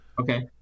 okay